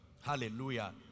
Hallelujah